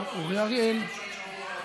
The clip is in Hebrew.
בעזרת השם,